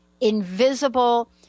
invisible